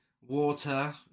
Water